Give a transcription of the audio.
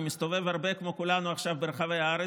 אני מסתובב הרבה, כמו כולנו עכשיו, ברחבי הארץ.